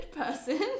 person